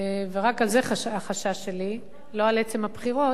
ורק על זה החשש שלי ולא על עצם הבחירות,